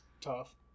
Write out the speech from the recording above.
Tough